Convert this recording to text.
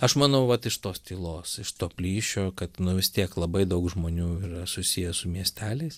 aš manau vat iš tos tylos iš to plyšio kad nu vis tiek labai daug žmonių yra susiję su miesteliais